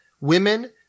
women